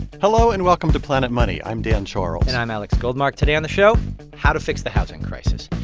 hello, and welcome to planet money. i'm dan charles and i'm alex goldmark. today on the show how to fix the housing crisis.